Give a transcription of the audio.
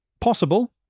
Possible